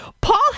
Paul